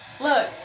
Look